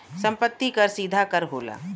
सम्पति कर सीधा कर होला